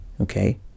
Okay